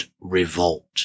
revolt